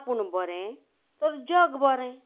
आपूण बरें तर जग बरें